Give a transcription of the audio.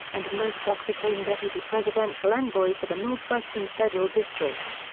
and motsak became deputy presidential envoy for the north-western federal district.